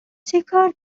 چیکار